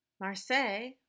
Marseille